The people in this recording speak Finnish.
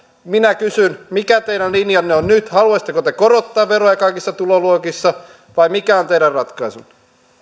minä kysyn mikä teidän linjanne on nyt haluaisitteko te korottaa veroja kaikissa tuloluokissa vai mikä on teidän ratkaisunne